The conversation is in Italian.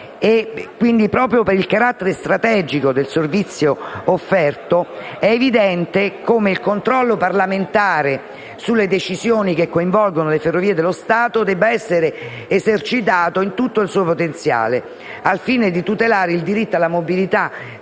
Proprio per il carattere strategico del servizio offerto è evidente come il controllo parlamentare sulle decisioni che coinvolgono Ferrovie dello Stato debba essere esercitato in tutto il suo potenziale, al fine di tutelare il diritto alla mobilità